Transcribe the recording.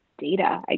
data